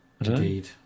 Indeed